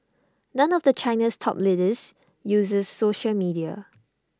none of China's top leaders uses social media